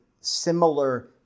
similar